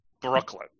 Brooklyn